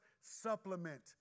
supplement